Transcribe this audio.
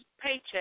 paycheck